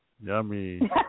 Yummy